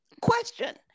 question